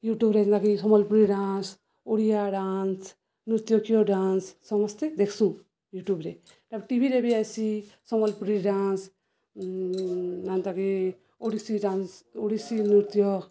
ୟୁଟ୍ୟୁବରେ ଯେନ୍ତାକି Sambalpuri dance Odia dance ନୃତ୍ୟକୀୟ ଡାନ୍ସ ସମସ୍ତେ ଦେଖ୍ସୁଁ ୟୁଟ୍ୟୁବରେ ଟିଭିରେ ବି ଆସି ସମ୍ବଲପୁରୀ ଡାନ୍ସ ଆନ୍ତାକି ଓଡ଼ିଶୀ ଡାନ୍ସ ଓଡ଼ିଶୀ ନୃତ୍ୟ